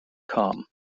come